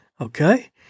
Okay